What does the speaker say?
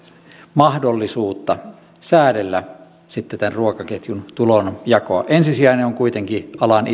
mahdollisuutta säädellä sitten tämän ruokaketjun tulonjakoa ensisijainen on kuitenkin alan